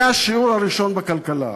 זה השיעור הראשון בכלכלה,